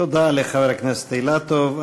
תודה לחבר הכנסת אילטוב.